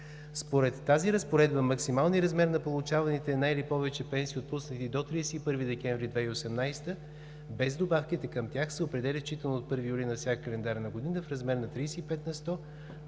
Според тази Разпоредба максималният размер на получаваните една или повече пенсии, отпуснати до 31 декември 2018 г., без добавките към тях, се определя считано от 1 юли на всяка календарна година в размер на 35 на сто,